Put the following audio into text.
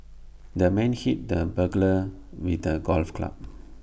the man hit the burglar with A golf club